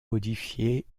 modifié